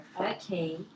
Okay